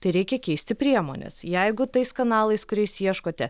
tai reikia keisti priemones jeigu tais kanalais kuriais ieškote